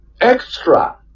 extra